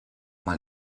mal